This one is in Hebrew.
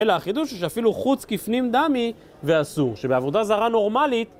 אלא החידוש ששאפילו חוץ כפנים דמי ואסור, שבעבודה זרה נורמלית...